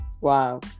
Wow